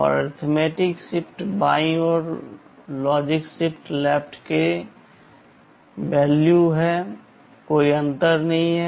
और arithmetic shift बायीं ओर लॉजिक शिफ्ट लेफ्ट के समान है कोई अंतर नहीं है